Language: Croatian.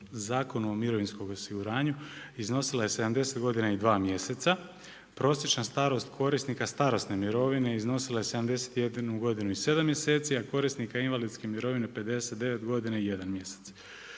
Zakonu o mirovinskom osiguranju, iznosila je 70 godina i dva mjeseca, prosječna starost korisnika starosne mirovine iznosila je 71 godinu i 7 mjeseci, a korisnika invalidske mirovine, 59 godina i 1 mjesec,